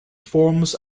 forms